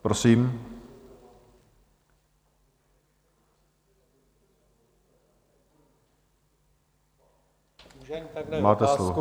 Prosím, máte slovo.